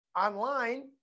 online